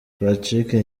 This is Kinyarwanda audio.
patrick